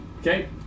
Okay